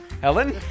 Helen